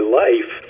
life